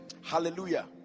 Hallelujah